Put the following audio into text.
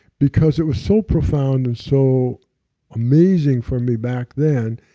because it was so profound and so amazing for me back then,